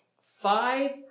five